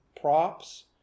props